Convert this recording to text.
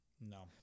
No